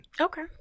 okay